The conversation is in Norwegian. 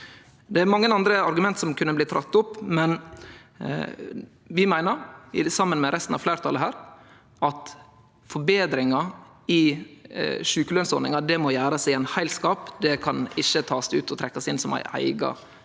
Det er mange andre argument som kunne ha blitt dratt opp, men vi meiner – saman med resten av fleirtalet her – at forbetringar i sjukelønsordninga må gjerast i ein heilskap, det kan ikkje takast ut og trekkjast inn som ei eiga ordning